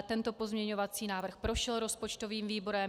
Tento pozměňovací návrh prošel rozpočtovým výborem.